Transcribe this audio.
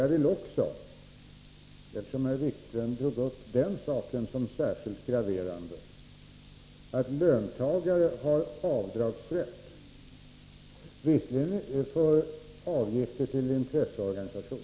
Jan-Erik Wikström såg det som särskilt graverande att löntagare har rätt till avdrag för vissa avgifter till intresseorganisationer.